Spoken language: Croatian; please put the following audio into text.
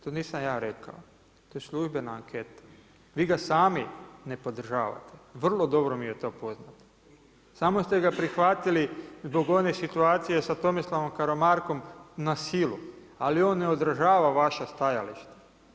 To nisam ja rekao to je službena anketa, vi ga sami ne podržavate, vrlo dobro mi je to poznato samo ste ga prihvatili zbog one situacije sa Tomislavom Karamarkom na silu, ali on ne odražava vaša stajališta.